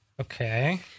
Okay